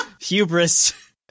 hubris